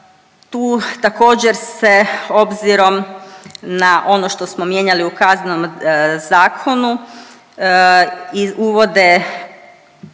To također se obzirom na ono što smo mijenjali u Kaznenom zakonu i uvode